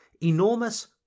enormous